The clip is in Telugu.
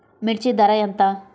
మిర్చి ధర ఎంత?